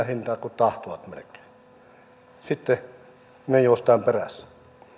hintaa kuin tahtovat sitten me juoksemme perässä